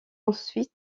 ensuite